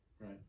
Right